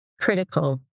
critical